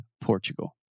Portugal